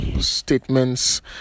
statements